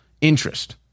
interest